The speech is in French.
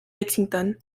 lexington